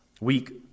weak